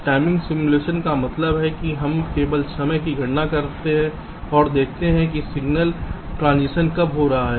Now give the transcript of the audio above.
timing simulation का मतलब है कि हम केवल समय की गणना करते हैं और देखते हैं कि सिग्नल ट्रांजिशन कब हो रहा है